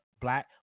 black